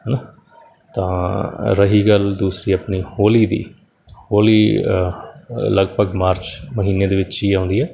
ਹੈ ਨਾ ਤਾਂ ਰਹੀ ਗੱਲ ਦੂਸਰੀ ਆਪਣੀ ਹੋਲੀ ਦੀ ਹੋਲੀ ਲਗਭਗ ਮਾਰਚ ਮਹੀਨੇ ਦੇ ਵਿੱਚ ਹੀ ਆਉਂਦੀ ਹੈ